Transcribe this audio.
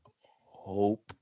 hope